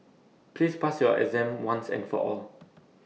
please pass your exam once and for all